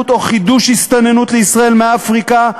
או חידוש הסתננות לישראל מאפריקה,